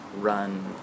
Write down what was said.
run